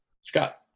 Scott